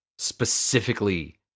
specifically